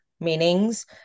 meanings